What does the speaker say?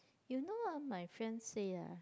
you know ah my friend say eh